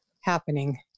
happening